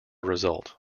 result